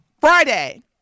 Friday